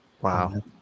Wow